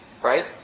right